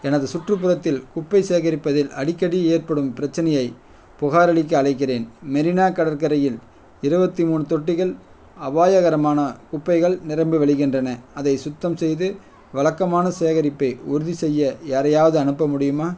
எனது சுற்றுப்புறத்தில் குப்பை சேகரிப்பதில் அடிக்கடி ஏற்படும் பிரச்சினையைப் புகாரளிக்க அழைக்கிறேன் மெரினா கடற்கரையில் இருபத்தி மூணு தொட்டிகள் அபாயகரமான குப்பைகள் நிரம்பி வழிகின்றன அதை சுத்தம் செய்து வழக்கமான சேகரிப்பை உறுதிசெய்ய யாரையாவது அனுப்ப முடியுமா